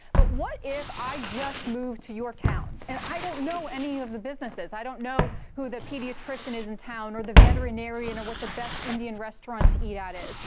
but what if i just moved to your town and i don't know any of the businesses? i don't know who the pediatrician is in town or the veterinarian or what the best indian restaurant to eat at is.